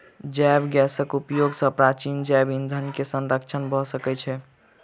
जैव गैसक उपयोग सॅ प्राचीन जैव ईंधन के संरक्षण भ सकै छै